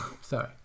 Sorry